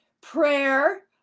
prayer